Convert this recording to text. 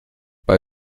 bei